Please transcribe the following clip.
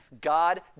God